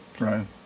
Right